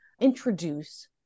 introduce